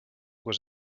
was